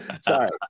Sorry